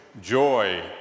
joy